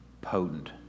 potent